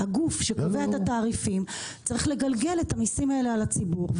והגוף שקובע את התעריפים צריך לגלגל את המסים האלה על הציבור.